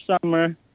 summer